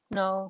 no